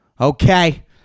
Okay